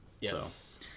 Yes